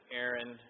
Aaron